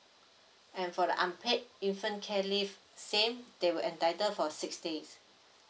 and for the unpaid infant care leave same they will entitle for six days